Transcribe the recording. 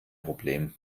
problem